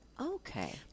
okay